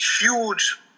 huge